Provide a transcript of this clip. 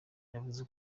yavuze